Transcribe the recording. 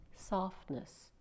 softness